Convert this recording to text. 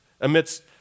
amidst